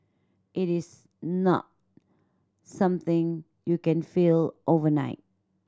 it is not something you can feel overnight